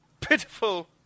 Pitiful